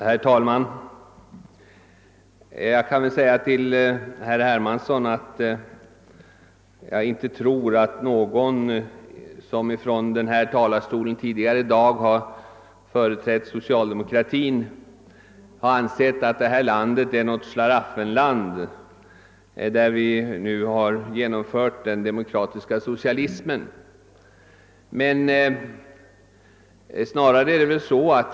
Herr talman! Till herr Hermansson vill jag säga att jag inte tror att någon av dem som tidigare i dag från kammarens talarstol företrätt socialdemokratin anser att vårt land är något Schlaraffenland där den demokratiska socialismen nu har genomförts.